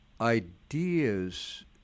ideas